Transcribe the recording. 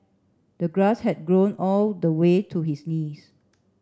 the grass had grown all the way to his knees